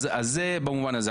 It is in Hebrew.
זה במובן הזה.